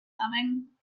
coming